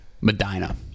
Medina